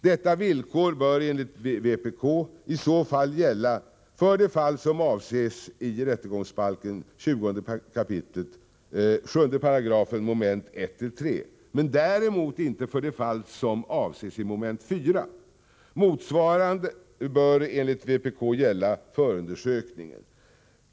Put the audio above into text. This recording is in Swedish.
Detta villkor bör enligt vpk i så fall gälla för de fall som avses i rättegångsbalkens 20 kap. 7 § 1-3 mom., men däremot inte för de fall som avses i 4 mom. Motsvarande bör enligt vpk gälla förundersökningen.